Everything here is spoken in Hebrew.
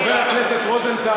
חבר הכנסת רוזנטל,